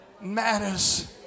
matters